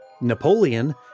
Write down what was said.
Napoleon